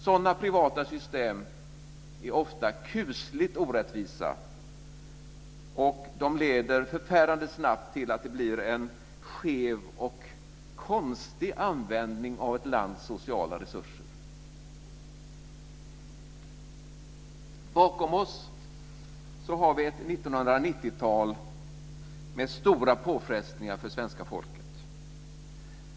Sådana privata system är ofta kusligt orättvisa, och de leder förfärande snabbt till att det blir en skev och konstig användning av ett lands sociala resurser. Bakom oss har vi ett 1990-tal med stora påfrestningar för svenska folket.